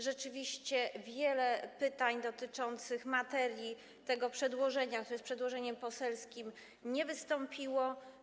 Rzeczywiście wiele pytań dotyczących materii tego przedłożenia, które jest przedłożeniem poselskim, nie wystąpiło.